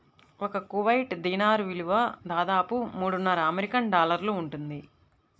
ఒక Kuwait dinar విలువ దాదాపు మూడున్నర అమెరికన్ డాలర్లు ఉంటుంది